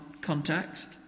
context